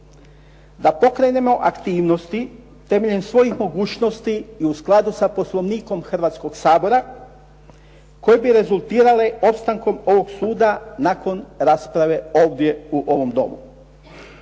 da pokrenemo aktivnosti temeljem svojih mogućnosti i u skladu sa Poslovnikom Hrvatskog sabora, koje bi rezultirale opstankom ovog suda nakon rasprave ovdje u ovom Domu.